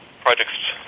projects